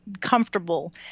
comfortable